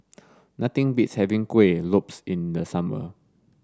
nothing beats having Kuih Lopes in the summer